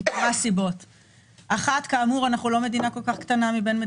אנחנו לא מדינה כל כך קטנה.